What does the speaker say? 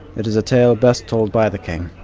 it is a tale best told by the king.